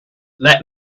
let